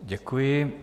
Děkuji.